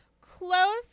close